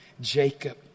Jacob